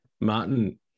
Martin